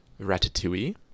ratatouille